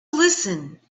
listen